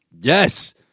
Yes